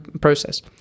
process